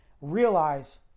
realize